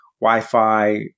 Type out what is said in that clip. Wi-Fi